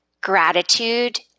gratitude